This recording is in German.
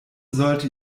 sollte